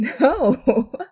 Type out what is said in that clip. no